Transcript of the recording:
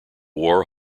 war